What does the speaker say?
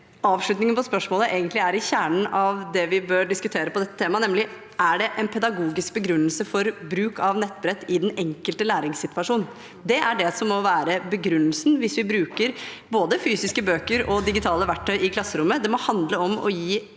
Avslutningen av spørsmålet er egentlig i kjernen av det vi bør diskutere om dette temaet, nemlig: Er det en pedagogisk begrunnelse for bruk av nettbrett i den enkelte læringssituasjonen? Det er det som må være begrunnelsen, enten vi bruker fysiske bøker eller digitale verktøy i klasserommet. Det må handle om å gi elevene